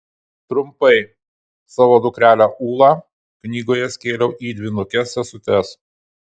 trumpai savo dukrelę ūlą knygoje skėliau į dvynukes sesutes